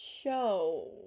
show